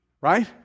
Right